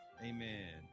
Amen